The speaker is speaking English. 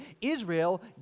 Israel